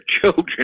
children